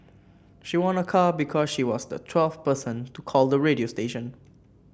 she won a car because she was the twelfth person to call the radio station